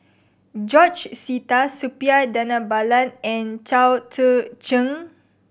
George Sita Suppiah Dhanabalan and Chao Tzee Cheng